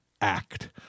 act